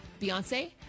Beyonce